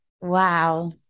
Wow